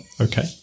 okay